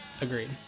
agreed